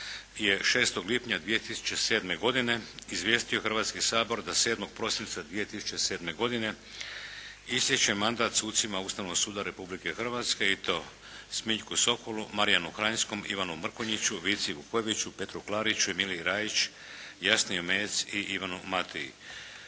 6. lipnja 2007. godine izvijestio Hrvatski sabor da 7. prosinca 2007. godine ističe mandat sucima Ustavnog suda Republike Hrvatske i to: Smiljku Sokolu, Marijanu Hranjskom, Ivanu Mrkonjiću, Vici Vukojeviću, Petru Klariću i Mili Rajić, Jasni Omejec i Ivanu Matiji.